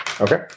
Okay